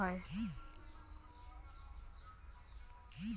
কিভাবে ধান চাষ করা হয়?